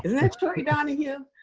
isn't that troy donahue?